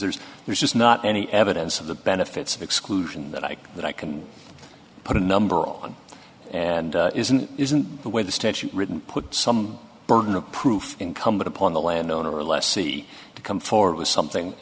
says there's just not any evidence of the benefits of exclusion that i that i can put a number on and isn't isn't the way the statute written put some burden of proof incumbent upon the landowner or lessee to come forward with something